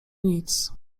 nic